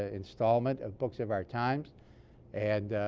ah installment of books of our times and ah.